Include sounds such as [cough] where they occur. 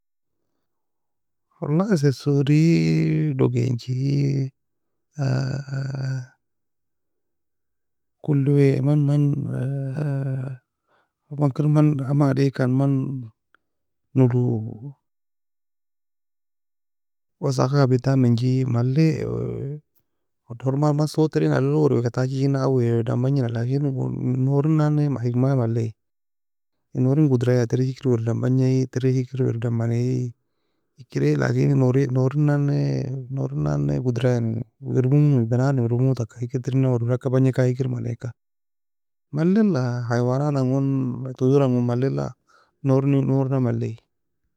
Walahi sesorei, dogeanchie, [hesitation] kuli wae man man [hesitation] man kirman aman ga deagkan, man nolou wasahkag kabintan mengie, malle odor man man صوت terin alailogo waerwaeka tachigena, waerweadan bangena, لكن [unintelligible] noure nane nouren hikmaia malle, in nourren gudraia tern hir waerweadan bagniae, ter hikr waerwaedan manieihikirie, لكن noure nannae nouren nan nae erbirmo owei guraia eni بني ادم erbairemo taka, hikr tern nan waerwaedan ageka bagneka, hirkir manieka, mallela hayawanatng tuyurango mallela nourna mallei.